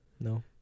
No